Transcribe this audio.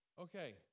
Okay